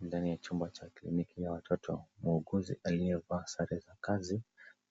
Ndani ya chumba cha kliniki ya watoto, muuguzi aliyevaa sare za kazi,